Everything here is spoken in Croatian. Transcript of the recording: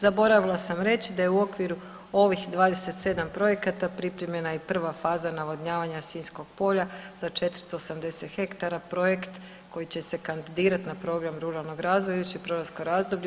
Zaboravila sam reći da je u okviru ovih 27 projekata pripremljena i prva faza navodnjavanja Sinjskog polja za 480 hektara, projekt koji će se kandidirati na program ruralnog razvoja u idućem programskom razdoblju.